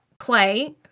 Clay